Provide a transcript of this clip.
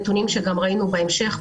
אלה נתונים שראינו גם בהמשך,